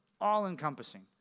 all-encompassing